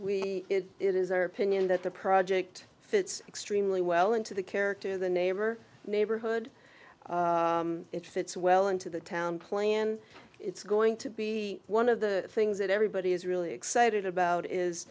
market it is our opinion that the project fits extremely well into the character of the neighbor neighborhood it fits well into the town plan it's going to be one of the things that everybody is really excited about is